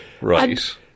right